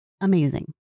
amazing